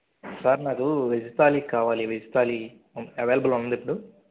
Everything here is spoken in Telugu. సార్ నాకు వెజ్ థాలీ కావాలి వెజ్ థాలీ అవైలబుల్ ఉందిప్పుడు